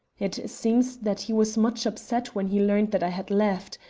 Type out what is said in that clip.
it seems that he was much upset when he learnt that i had left.